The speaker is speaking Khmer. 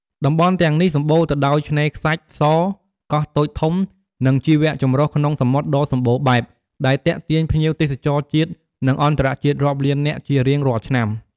តំបន់ទាំងនេះសម្បូរទៅដោយឆ្នេរខ្សាច់ស កោះតូចធំ និងជីវចម្រុះក្នុងសមុទ្រដ៏សម្បូរបែប ដែលទាក់ទាញភ្ញៀវទេសចរជាតិ និងអន្តរជាតិរាប់លាននាក់ជារៀងរាល់ឆ្នាំ។